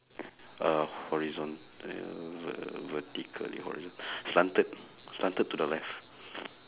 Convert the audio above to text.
uh horizon~ err vertical~ horizon~ slanted slanted to the left